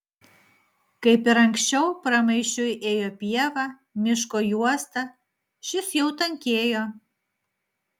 kaip ir anksčiau pramaišiui ėjo pieva miško juosta šis jau tankėjo